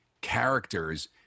characters